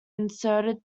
inserted